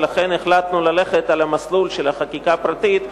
ולכן החלטנו ללכת על המסלול של החקיקה הפרטית,